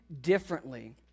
differently